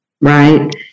Right